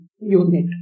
unit